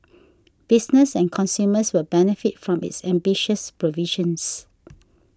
business and consumers will benefit from its ambitious provisions